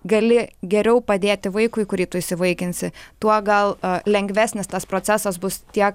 gali geriau padėti vaikui kurį tu įsivaikinsi tuo gal lengvesnis tas procesas bus tiek